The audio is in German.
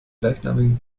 gleichnamigen